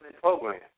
program